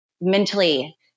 mentally